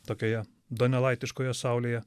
tokioje donelaitiškoje saulėje